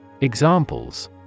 Examples